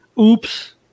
oops